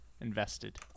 Invested